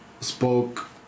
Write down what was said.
spoke